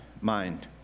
mind